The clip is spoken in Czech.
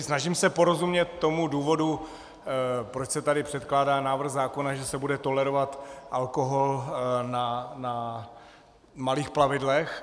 Snažím se porozumět tomu důvodu, proč se tady předkládá návrh zákona, že se bude tolerovat alkohol na malých plavidlech.